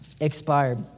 expired